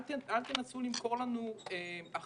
אל תנסו למכור לנו החלטות